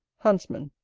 huntsman.